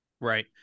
Right